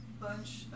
Bunch